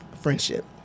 friendship